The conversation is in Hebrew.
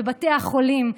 בבתי החולים.